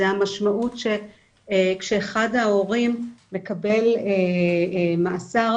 זה המשמעות כשאחד ההורים מקבל מאסר,